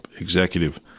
executive